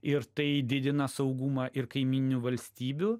ir tai didina saugumą ir kaimyninių valstybių